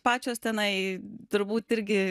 pačios tenai turbūt irgi